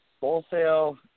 Wholesale